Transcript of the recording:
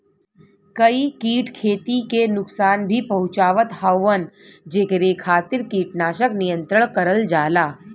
कई कीट खेती के नुकसान भी पहुंचावत हउवन जेकरे खातिर कीटनाशक नियंत्रण करल जाला